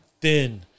thin